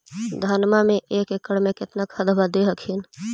धनमा मे एक एकड़ मे कितना खदबा दे हखिन?